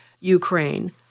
Ukraine